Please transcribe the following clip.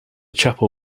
chapel